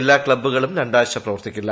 എല്ലാ ക്ലബ്ബുകളും രണ്ടാഴ്ച പ്രവർത്തിക്കില്ല